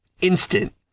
instant